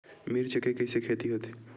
मिर्च के कइसे खेती होथे?